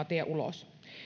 tie ulos